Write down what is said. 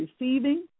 receiving